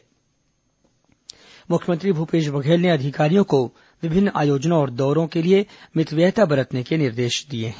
मुख्यमंत्री मितव्ययता मुख्यमंत्री भूपेश बघेल ने अधिकारियों को विभिन्न आयोजनों और दौरों के लिए मितव्ययता बरतने के निर्देश दिए हैं